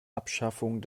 abschaffung